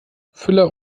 füller